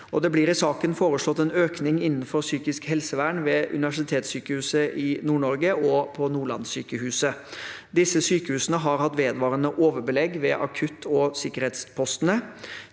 Det blir i saken foreslått en økning innenfor psykisk helsevern ved Universitetssykehuset i Nord-Norge og på Nordlandssykehuset. Disse sykehusene har hatt vedvarende overbelegg ved akutt- og sikkerhetspostene.